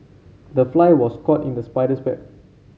the fly was caught in the spider's web